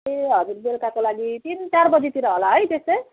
ए हजुर बेलुकाको लागि तिन चार बजीतिर होला है त्यस्तै